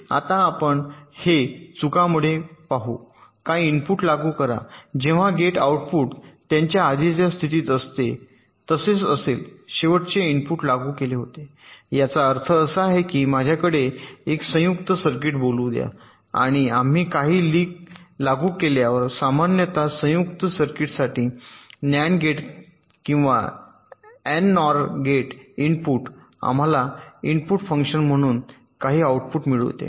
आता आपण हे आपल्या चुकांमुळे पाहू काही इनपुट लागू करा जेव्हा गेट आउटपुट त्याच्या आधीच्या स्थितीत असते तसेच असेल शेवटचे इनपुट लागू केले होते याचा अर्थ असा आहे की माझ्याकडे एक संयुक्त सर्किट बोलू द्या आणि आम्ही काही लागू केल्यावर सामान्यत संयुक्त सर्किटसाठी नॅन्ड गेट किंवा एनओआर गेट इनपुट आम्हाला इनपुटचे फंक्शन म्हणून काही आऊटपुट मिळविते